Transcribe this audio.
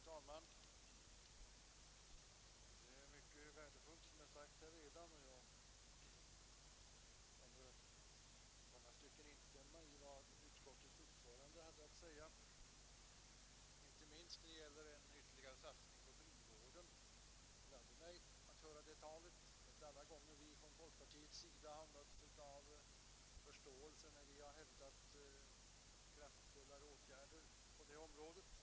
Herr talman! Mycket av värde har redan anförts, och jag kan i långa stycken instämma i vad utskottets ordförande har sagt, inte minst i fråga om en ytterligare satsning på frivård. Hennes uttalanden gladde mig. Det är inte alla gånger som vi från folkpartiet har mötts av förståelse när vi har hävdat att kraftfullare åtgärder bör vidtas på det området.